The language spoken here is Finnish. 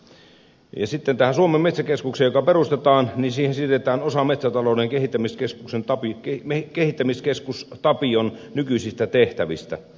sitten tähän suomen metsäkeskukseen joka perustetaan siirretään osa metsätalouden kehittämiskeskus tapion nykyisistä tehtävistä